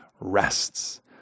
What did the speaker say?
rests